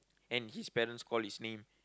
and his parents call his name